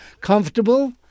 comfortable